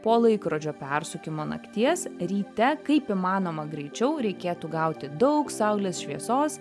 po laikrodžio persukimo nakties ryte kaip įmanoma greičiau reikėtų gauti daug saulės šviesos